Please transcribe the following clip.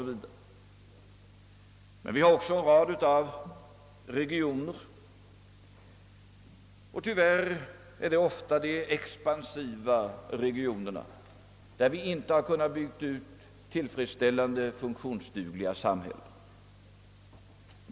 Å andra sidan har vi många regioner — tyvärr rör det sig ofta om expansiva sådana — där vi inte i tillfredsställande omfattning har kunnat bygga upp funktionsdugliga samhällen.